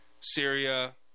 Syria